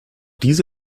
diese